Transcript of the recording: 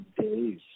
days